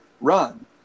run